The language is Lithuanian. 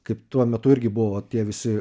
kaip tuo metu irgi buvo tie visi